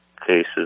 cases